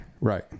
right